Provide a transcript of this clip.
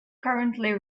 currently